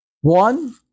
One